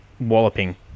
walloping